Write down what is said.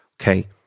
okay